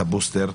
את הבוסטר,